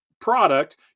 product